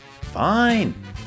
fine